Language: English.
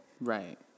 Right